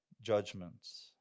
judgments